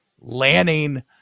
Lanning